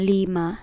Lima